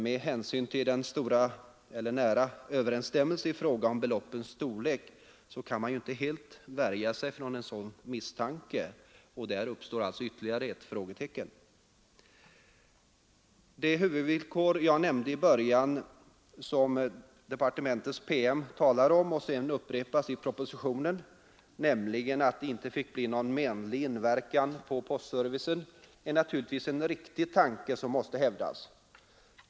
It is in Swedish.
Med hänsyn till den nära överensstämmelsen i fråga om beloppens storlek kan man inte helt värja sig för en sådan misstanke. Där finns alltså ytterligare ett frågetecken. Det huvudvillkor jag nämnde i början, som departementets promemoria talar om och som sedan upprepas i propositionen, nämligen att det icke fick bli någon menlig inverkan på postservicen, är naturligtvis en riktig tanke som måste hävdas.